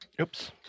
Oops